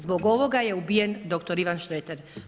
Zbog ovoga je ubijen dr. Ivan Šreter.